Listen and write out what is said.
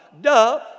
duh